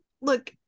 look